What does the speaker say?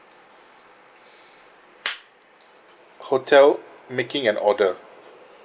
hotel making an order